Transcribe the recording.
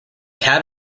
had